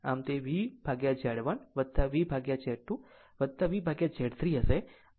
આમ તે VZ1 VZ2 VZ3 હશે આમ IY1 Y2 Y3 V